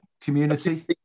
community